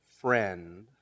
Friend